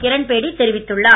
கிரண் பேடி தெரிவித்துள்ளார்